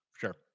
sure